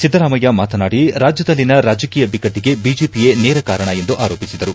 ಸಿದ್ದರಾಮಯ್ಯ ಮಾತನಾದಿ ರಾಜ್ಯದಲ್ಲಿನ ರಾಜಕೀಯ ಬಿಕ್ಕಟ್ಟಿಗೆ ಬಿಜೆಪಿಯೇ ನೇರ ಕಾರಣ ಎಂದು ಆರೋಪಿಸಿದರು